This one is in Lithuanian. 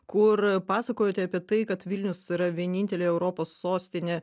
kur pasakojote apie tai kad vilnius yra vienintelė europos sostinė